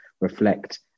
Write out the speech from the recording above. reflect